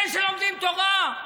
אלה שלומדים תורה?